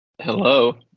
Hello